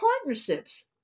partnerships